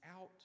out